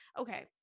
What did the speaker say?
Okay